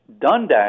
Dundas